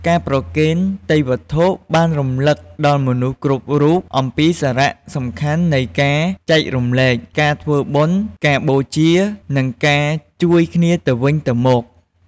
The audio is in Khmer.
ការប្រគេនទេយ្យវត្ថុ បានរំលឹកដល់មនុស្សគ្រប់រូបអំពីសារៈសំខាន់នៃការចែករំលែក ការធ្វើបុណ្យ ការបូជា និងការជួយគ្នាទៅវិញទៅមក។